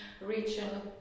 region